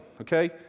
okay